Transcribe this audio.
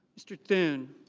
mr. thoon.